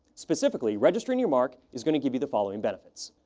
specifically, registering your mark is going to give you the following benefits.